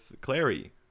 Clary